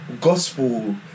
gospel